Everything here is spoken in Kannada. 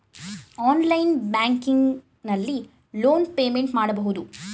ಆನ್ಲೈನ್ ಬ್ಯಾಂಕಿಂಗ್ ನಲ್ಲಿ ಲೋನ್ ಪೇಮೆಂಟ್ ಮಾಡಬಹುದು